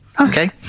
Okay